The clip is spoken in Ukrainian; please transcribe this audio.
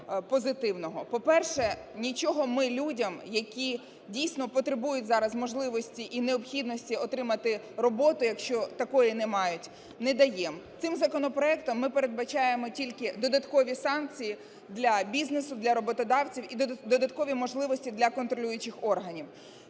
По-перше, нічого ми людям, які дійсно потребують зараз можливості і необхідності отримати роботу, якщо такої не мають, не даємо. Цим законопроектом ми передбачаємо тільки додаткові санкції для бізнесу, для роботодавців і додаткові можливості для контролюючих органів.